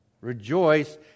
rejoice